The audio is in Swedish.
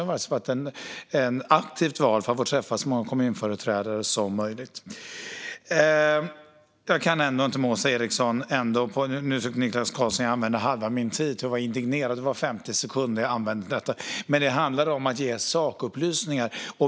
Det har varit ett aktivt val för att få träffa så många kommunföreträdare som möjligt. Niklas Karlsson sa att jag använde halva min talartid till att vara indignerad - det var 50 sekunder jag använde till detta, och det handlade om att ge sakupplysningar.